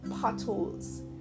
potholes